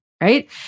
right